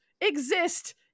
exist